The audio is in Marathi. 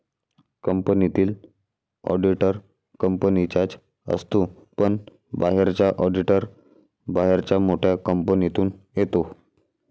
कंपनीतील ऑडिटर कंपनीचाच असतो पण बाहेरचा ऑडिटर बाहेरच्या मोठ्या कंपनीतून येतो